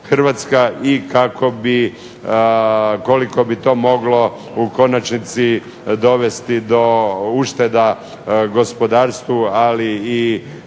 i koliko bi to moglo u konačnici dovesti do ušteda gospodarstvu, ali i